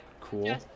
Cool